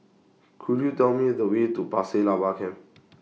Could YOU Tell Me The Way to Pasir Laba Camp